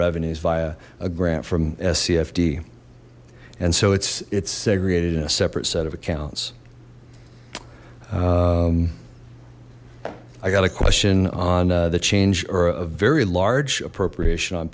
revenues via a grant from sc fd and so it's it's segregated in a separate set of accounts i got a question on the change or a very large appropriation on